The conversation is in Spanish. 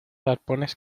arpones